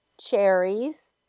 cherries